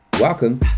Welcome